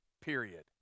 period